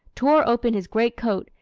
tore open his great coat,